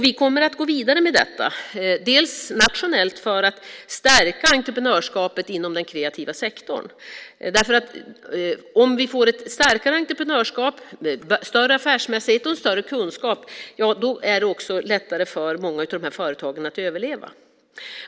Vi kommer att gå vidare med det nationellt för att stärka entreprenörskapet inom den kreativa sektorn. Om vi får ett starkare entreprenörskap, en större affärsmässighet och större kunskap är det lättare för många av de här företagen att överleva.